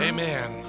Amen